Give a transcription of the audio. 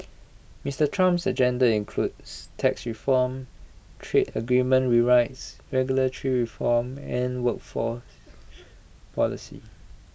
Mister Trump's agenda includes tax reform trade agreement rewrites regulatory reform and workforce policy